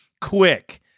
quick